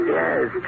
yes